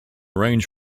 range